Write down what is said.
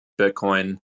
Bitcoin